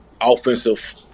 offensive